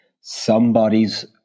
somebody's